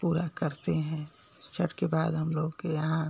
पूरा करते हैं छठ के बाद हम लोग के यहाँ